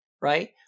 Right